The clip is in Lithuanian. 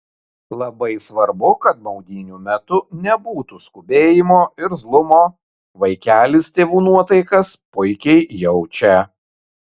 labai svarbu kad maudynių metu nebūtų skubėjimo irzlumo vaikelis tėvų nuotaikas puikiai jaučia